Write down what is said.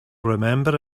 remember